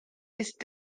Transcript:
ist